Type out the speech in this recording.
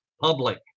public